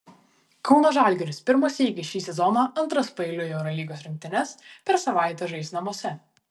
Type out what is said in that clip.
kauno žalgiris pirmą sykį šį sezoną antras paeiliui eurolygos rungtynes per savaitę žais namuose